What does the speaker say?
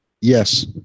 Yes